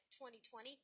2020